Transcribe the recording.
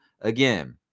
again